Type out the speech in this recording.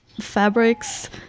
fabrics